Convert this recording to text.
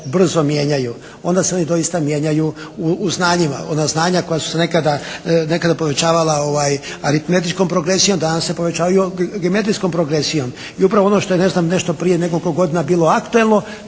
brzo mijenjaju onda se one doista mijenjaju u znanjima. Ona znanja koja su se nekada povećavala aritmetičkom progresijom danas se povećavaju geometrijskom progresijom. I upravo ono što je ne znam nešto prije nekoliko godina bilo aktuelno